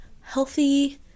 healthy